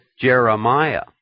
Jeremiah